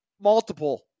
multiple